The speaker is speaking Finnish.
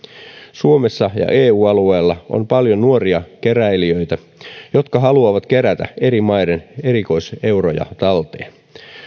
suomessa ja eu alueella on paljon nuoria keräilijöitä jotka haluavat kerätä eri maiden erikoiseuroja talteen